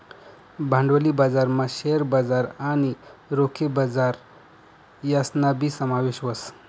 भांडवली बजारमा शेअर बजार आणि रोखे बजार यासनाबी समावेश व्हस